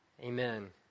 Amen